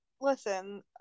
listen